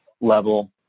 level